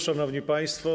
Szanowni Państwo!